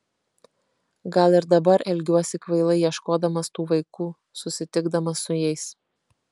gal ir dabar elgiuosi kvailai ieškodamas tų vaikų susitikdamas su jais